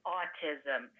autism